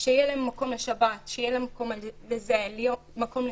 שיהיה להם מקום לשבת, מקום לחיות,